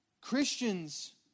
Christians